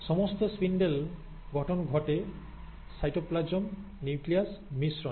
সমস্ত স্পিন্ডেল গঠন ঘটে সাইটোপ্লাজম নিউক্লিয়াস মিশ্রণে